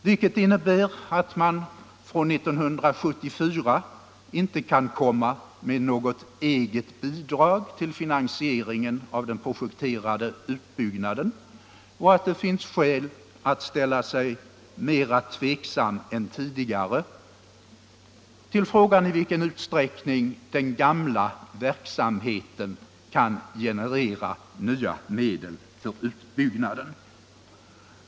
Det innebär att företaget från 1974 inte kan komma med något eget bidrag till finansieringen av den projekterade utbyggnaden och att det finns skäl att ställa sig mera tveksam än tidigare till frågan i vilken utsträckning den gamla verksamheten i fortsättningen kan generera nya medel för utbyggnaden.